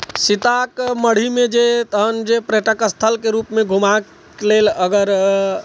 सीताके मढ़ीमे जे तहन जे पर्यटक स्थलके रूपमे घुमऽके लेल अगर